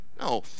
No